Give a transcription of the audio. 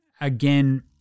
again